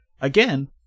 Again